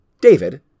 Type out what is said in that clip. David